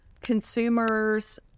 consumers